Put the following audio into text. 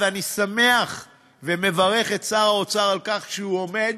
אני שמח ומברך את שר האוצר על כך שהוא עומד